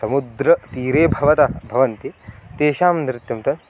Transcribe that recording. समुद्रतीरे भवतः भवन्ति तेषां नृत्यं तत्